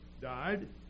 died